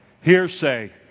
Hearsay